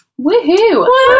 Woohoo